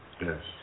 Yes